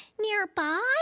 nearby